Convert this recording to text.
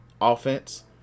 offense